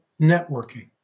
networking